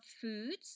foods